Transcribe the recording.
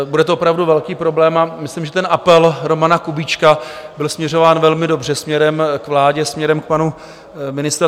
Bude to opravdu velký problém a myslím, že apel Romana Kubíčka byl směřován velmi dobře směrem k vládě, směrem k panu ministrovi.